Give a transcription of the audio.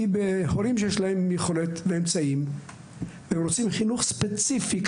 כי הורים שיש להם יכולת ואמצעים רוצים חינוך ספציפי.